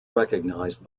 recognised